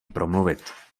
promluvit